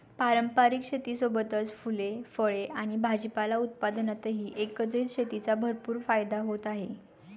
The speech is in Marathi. पारंपारिक शेतीसोबतच फुले, फळे आणि भाजीपाला उत्पादनातही एकत्रित शेतीचा भरपूर फायदा होत आहे